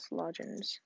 logins